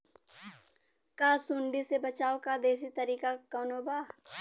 का सूंडी से बचाव क देशी तरीका कवनो बा?